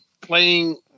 playing